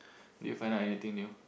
did you find out anything new